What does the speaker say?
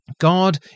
God